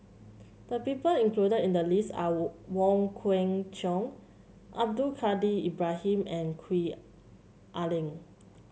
the people included in the list are Wong Kwei Cheong Abdul Kadir Ibrahim and Gwee Ah Leng